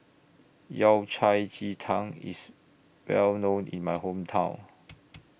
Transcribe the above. Yao Cai Ji Tang IS Well known in My Hometown